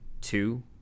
two